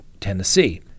Tennessee